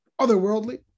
otherworldly